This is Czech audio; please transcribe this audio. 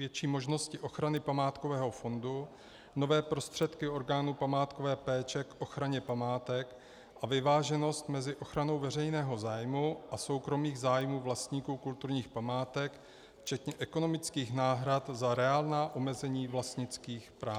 větší možnosti ochrany památkového fondu, nové prostředky orgánů památkové péče k ochraně památek a vyváženost mezi ochranou veřejného zájmu a soukromých zájmů vlastníků kulturních památek, včetně ekonomických náhrad za reálná omezení vlastnických práv.